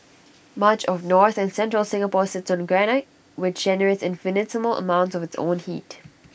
much of north and central Singapore sits on granite which generates infinitesimal amounts of its own heat